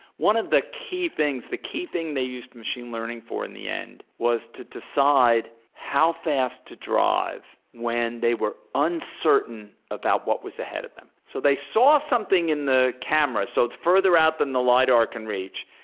one of the key things, the key thing they used machine learning for in the end was to decide how fast to drive when they were uncertain about what was ahead of them. so they saw something in the camera, so it's further out than the lidar can reach.